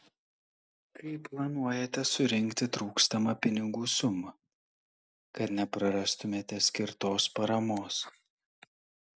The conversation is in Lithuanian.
kaip planuojate surinkti trūkstamą pinigų sumą kad neprarastumėte skirtos paramos